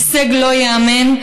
הישג לא ייאמן.